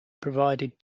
provided